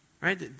Right